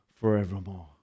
forevermore